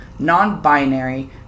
non-binary